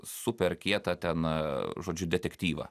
super kietą ten žodžiu detektyvą